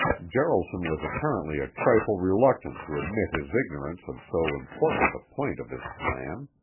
jaralson was apparently a trifle reluctant to admit his ignorance of so important a point of his plan.